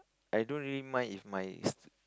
I don't really mind if my